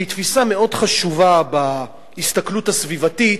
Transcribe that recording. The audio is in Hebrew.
שהיא תפיסה מאוד חשובה בהסתכלות הסביבתית,